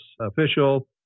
official